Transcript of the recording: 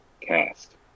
cast